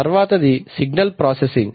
తర్వాతది signal processing